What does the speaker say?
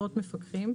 משרות מפקחים),